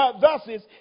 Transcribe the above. verses